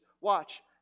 Watch